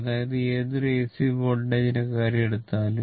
അതായത് ഏതൊരു AC വോൾട്ടേജിന്റെ കാര്യം എടുത്താലും